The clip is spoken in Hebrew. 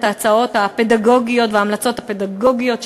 ההצעות הפדגוגיות וההמלצות הפדגוגיות שלנו.